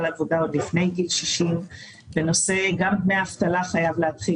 העבודה עוד לפני גיל 60 וגם נושא דמי האבטלה חייב להתחיל